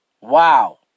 Wow